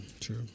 True